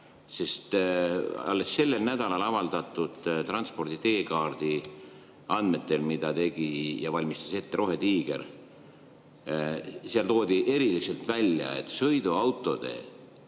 Alles sellel nädalal avaldatud transpordi teekaardis – selle tegi ja valmistas ette Rohetiiger – toodi eriliselt välja, et sõiduautode